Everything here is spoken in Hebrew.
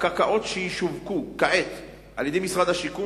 בקרקעות שישווקו כעת על-ידי משרד השיכון